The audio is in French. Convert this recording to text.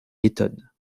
lettone